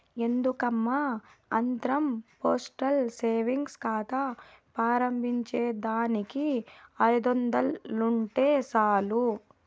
ఎందుకమ్మా ఆత్రం postal savings కాతా ప్రారంబించేదానికి ఐదొందలుంటే సాలు